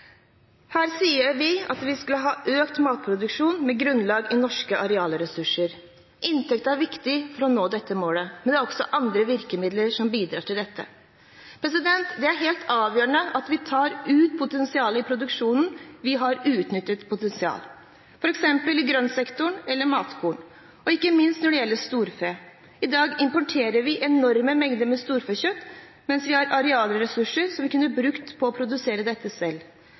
Her sier vi at vi skal ha økt matproduksjon med grunnlag i norske arealressurser. Inntekt er viktig for å nå dette målet, men det er også andre virkemidler som bidrar til dette. Det er helt avgjørende at vi tar ut potensialet i produksjon der vi har uutnyttet potensial, f.eks. i grøntsektoren, innen matkorn og ikke minst når det gjelder storfe. I dag importerer vi enorme mengder storfekjøtt, mens vi har arealressurser som vi kunne brukt til å produsere dette selv.